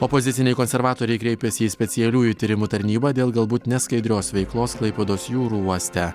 opoziciniai konservatoriai kreipėsi į specialiųjų tyrimų tarnybą dėl galbūt neskaidrios veiklos klaipėdos jūrų uoste